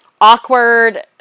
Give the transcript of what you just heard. awkward